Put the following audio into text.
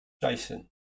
Jason